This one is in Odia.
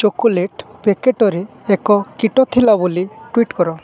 ଚକୋଲେଟ୍ ପ୍ୟାକେଟ୍ରେ ଏକ କୀଟ ଥିଲା ବୋଲି ଟୁଇଟ୍ କର